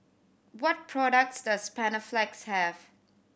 what products does Panaflex have